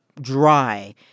dry